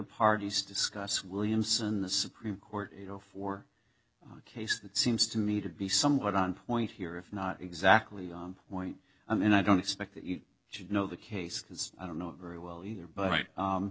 parties discuss williamson the supreme court you know for a case that seems to me to be somewhat on point here if not exactly and i don't expect that you should know the case because i don't know very well either but